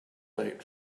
late